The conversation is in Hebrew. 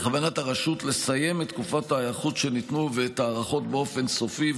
בכוונת הרשות לסיים את תקופות ההיערכות שניתנו ואת ההארכות באופן סופי,